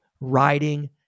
riding